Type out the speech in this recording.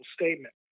statement